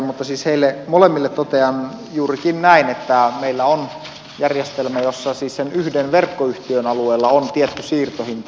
mutta siis heille molemmille totean juurikin näin että meillä on järjestelmä jossa siis sen yhden verkkoyhtiön alueella on tietty siirtohinta